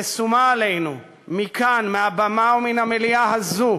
ושומה עלינו מכאן, מהבמה ומהמליאה הזו,